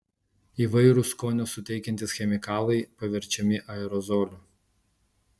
įvairūs skonio suteikiantys chemikalai paverčiami aerozoliu